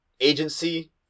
Agency